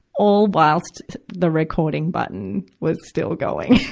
all whilst the recording button was still going.